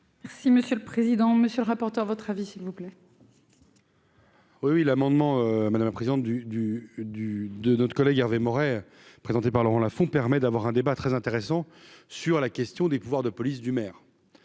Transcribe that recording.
Si monsieur le président, monsieur le rapporteur, votre avis s'il vous plaît. Oui, l'amendement, madame la présidente du du du de notre collègue Hervé Maurey, présenté par Laurent Lafon, permet d'avoir un débat très intéressant. Sur la question des pouvoirs de police du maire,